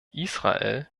israel